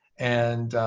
and